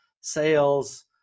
sales